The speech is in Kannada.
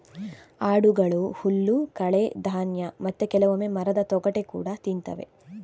ಆಡುಗಳು ಹುಲ್ಲು, ಕಳೆ, ಧಾನ್ಯ ಮತ್ತೆ ಕೆಲವೊಮ್ಮೆ ಮರದ ತೊಗಟೆ ಕೂಡಾ ತಿಂತವೆ